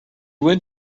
went